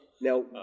Now